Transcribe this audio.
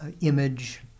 image